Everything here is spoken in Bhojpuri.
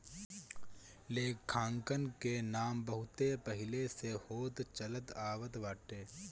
लेखांकन के काम बहुते पहिले से होत चलत आवत बाटे